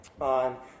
on